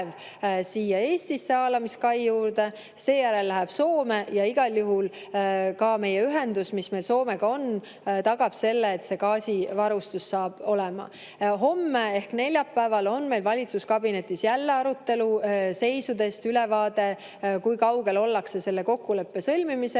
siia Eestisse haalamiskai juurde, seejärel läheb Soome. Ja igal juhul ka meie ühendus, mis meil Soomega on, tagab selle, et gaasivarustus saab olema. Homme ehk neljapäeval on meil valitsuskabinetis jälle arutelu, ülevaade seisudest, kui kaugel ollakse selle kokkuleppe sõlmimisega.